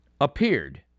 appeared